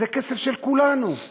זה כסף של כולנו.